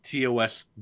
TOS